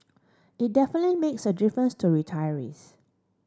it definitely makes a difference to retirees